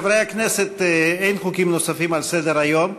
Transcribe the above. חברי הכנסת, אין חוקים נוספים על סדר-היום,